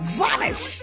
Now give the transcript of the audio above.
vanish